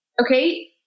Okay